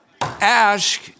Ask